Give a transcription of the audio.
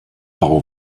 bau